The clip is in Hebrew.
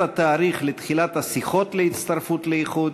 התאריך לתחילת השיחות להצטרפות לאיחוד,